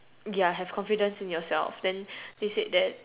ya have confidence in yourself then they said that